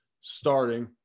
starting